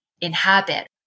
inhabit